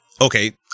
Okay